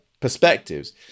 perspectives